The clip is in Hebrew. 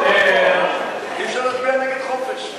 אי-אפשר להצביע נגד חופש.